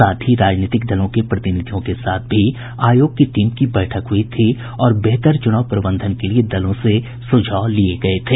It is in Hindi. साथ ही राजनीतिक दलों के प्रतिनिधियों के साथ भी आयोग की टीम की बैठक हुई थी और बेहतर चुनाव प्रबंधन के लिये दलों से सुझाव लिये गये थे